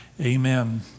Amen